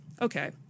okay